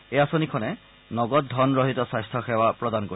এই আঁচনিখনে নগদ ধনৰহিত স্বাস্থ্যসেৱা প্ৰদান কৰিব